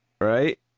right